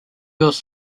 was